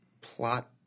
plot